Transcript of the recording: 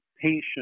patient